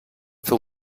fer